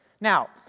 Now